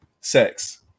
sex